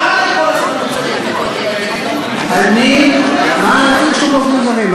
אתה נגד העובדים הזרים, מה קשור העובדים הזרים?